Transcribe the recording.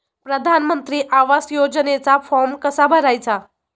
प्रधानमंत्री आवास योजनेचा फॉर्म कसा भरायचा?